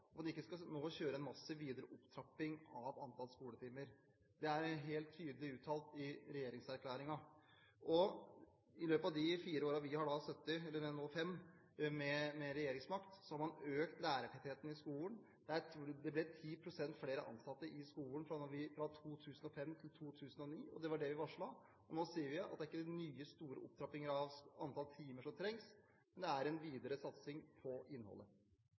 løpet av de fem årene vi nå har sittet med regjeringsmakt, har man økt lærertettheten i skolen. Det ble 10 pst. flere ansatte i skolen fra 2005 til 2009, og det var det vi varslet. Nå sier vi at det er ikke nye, store opptrappinger av antall timer som trengs, men en videre satsing på innholdet.